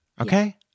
Okay